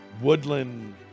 woodland